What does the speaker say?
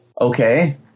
Okay